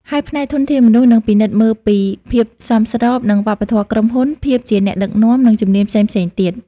ហើយផ្នែកធនធានមនុស្សនឹងពិនិត្យមើលពី ភាពសមស្របនឹងវប្បធម៌ក្រុមហ៊ុន ភាពជាអ្នកដឹកនាំ និងជំនាញផ្សេងៗទៀត។